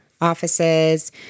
offices